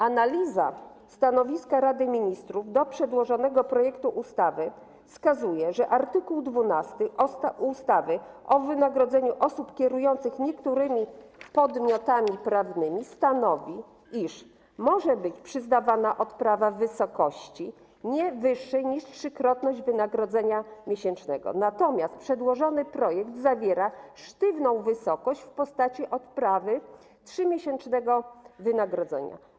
Analiza stanowiska Rady Ministrów co do przedłożonego projektu ustawy wskazuje, że art. 12 ustawy o wynagradzaniu osób kierujących niektórymi podmiotami prawnymi stanowi, iż może być przyznana odprawa w wysokości nie wyższej niż 3-krotność wynagrodzenia miesięcznego, natomiast przedłożony projekt określa sztywną wysokość w postaci odprawy równej 3-miesięcznemu wynagrodzeniu.